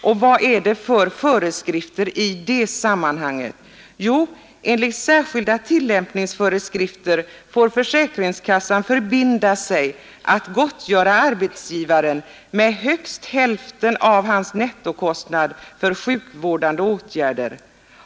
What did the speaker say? Och vilka föreskrifter finns i det sammanhanget? Ja, enligt särskilda tillämpningsföreskrifter får försäkringskassan förbinda sig att gottgöra arbetsgivaren med högst hälften av hans nettokostnader för sjukvårdande åtgärder.